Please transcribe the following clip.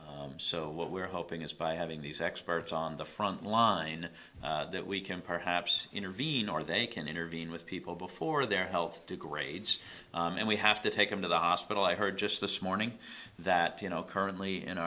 illness so what we're hoping is by having these experts on the front line that we can perhaps intervene or they can intervene with people before their health degrades and we have to take them to the hospital i heard just this morning that you know currently in